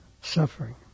suffering